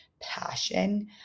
passion